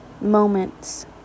moments